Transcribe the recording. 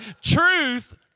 Truth